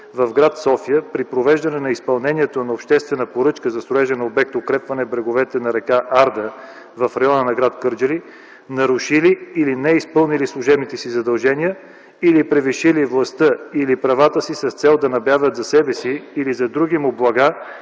в гр. София при провеждане на изпълнението на обществена поръчка за строежа на обект „Укрепване бреговете на р. Арда в района на гр. Кърджали” са нарушили или не са изпълнили служебните си задължения или превишили властта или правата си с цел да набавят за себе си или за другиго блага,